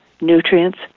nutrients